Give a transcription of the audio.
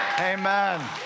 Amen